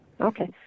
Okay